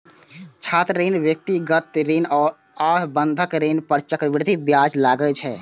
छात्र ऋण, व्यक्तिगत ऋण आ बंधक ऋण पर चक्रवृद्धि ब्याज लागै छै